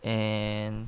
and